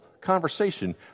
conversation